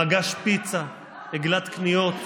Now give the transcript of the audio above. מגש פיצה, עגלת קניות.